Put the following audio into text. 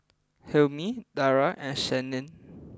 Hilmi Dara and Senin